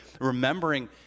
remembering